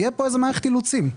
תהיה כאן מערכת אילוצים.